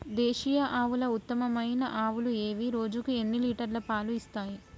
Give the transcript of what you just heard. దేశీయ ఆవుల ఉత్తమమైన ఆవులు ఏవి? రోజుకు ఎన్ని లీటర్ల పాలు ఇస్తాయి?